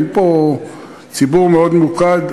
אין פה ציבור מאוד ממוקד,